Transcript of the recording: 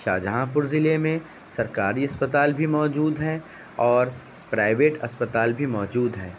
شاہجہاں پور ضلعے میں سرکاری اسپتال بھی موجود ہیں اور پرائویٹ اسپتال بھی موجود ہے